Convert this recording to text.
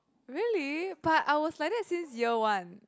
really but I was like that since year one